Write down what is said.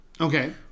Okay